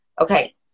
okay